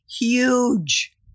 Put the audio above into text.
huge